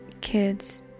kids